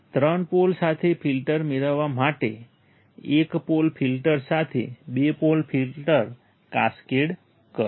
ત્રણ પોલ સાથે ફિલ્ટર મેળવવા માટે એક પોલ ફિલ્ટર સાથે બે પોલ ફિલ્ટર કાસ્કેડ કરો